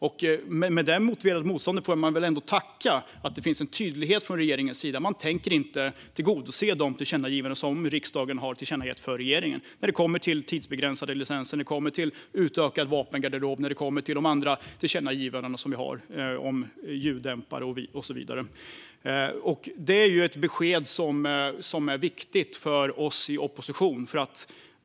När det gäller motståndet får man väl däremot ändå tacka för att det finns en tydlighet från regeringens sida: Den tänker inte tillgodose de tillkännagivanden som riksdagen har riktat till regeringen när det kommer till tidsbegränsade licenser, när det kommer till utökad vapengarderob och när det kommer till de andra tillkännagivandena vi har riktat om ljuddämpare och så vidare. Det är ett besked som är viktigt för oss i opposition.